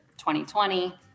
2020